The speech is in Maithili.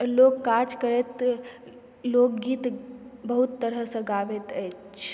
लोग काज करैत लोकगीत बहुत तरहसँ गाबैत अछि